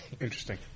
Interesting